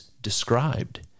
described